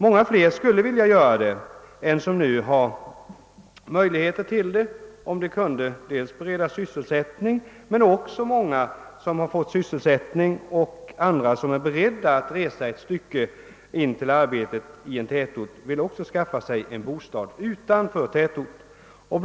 Många fler människor än de som nu har möjligheter därtill skulle vilja göra det, om de kunde beredas sysselsättning på orten. Men det finns också många som har sysselsättning, och andra som är beredda att resa ett stycke in till arbetet i tätorten vill också skaffa sig en bostad utanför tätorten.